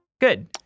Good